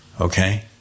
Okay